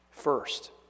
First